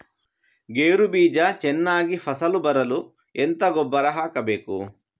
ಗೇರು ಬೀಜ ಚೆನ್ನಾಗಿ ಫಸಲು ಬರಲು ಎಂತ ಗೊಬ್ಬರ ಹಾಕಬೇಕು?